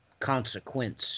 Consequence